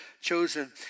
chosen